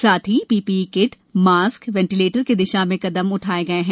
साथ ही PPE kit mask ventilator की दिशा में कदम उठाये गये है